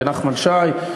נחמן שי,